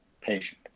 patient